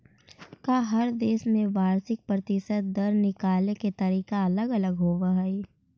का हर देश में वार्षिक प्रतिशत दर निकाले के तरीका अलग होवऽ हइ?